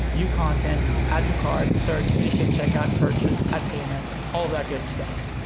view content, add to cart, search, initiate, checkout, purchase, add payment, all that good stuff.